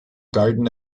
garden